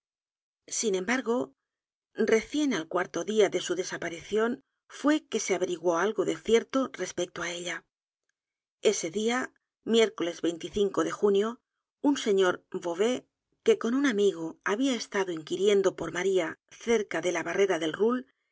g o recién al cuarto día de su desaparición fué que se averiguó algo de cierto respecto á ella ese día miércoles de junio un señor beauvais que con u n amigo había estado inquiriendo por maría cerca de la b a r